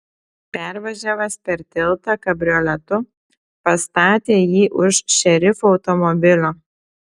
pervažiavęs per tiltą kabrioletu pastatė jį už šerifo automobilio